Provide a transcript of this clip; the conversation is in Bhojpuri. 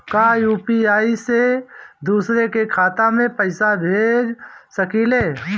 का यू.पी.आई से दूसरे के खाते में पैसा भेज सकी ले?